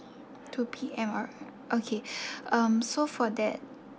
two P_M alr~ okay um so for that